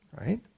right